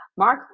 Mark